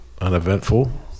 uneventful